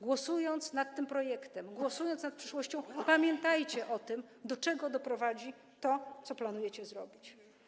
Głosując nad tym projektem, głosując nad przyszłością, pamiętajcie o tym, do czego doprowadzi to, co planujecie zrobić.